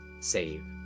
save